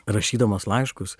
rašydamas laiškus